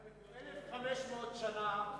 1,500 שנה,